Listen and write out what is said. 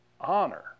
honor